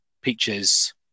Peaches